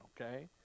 Okay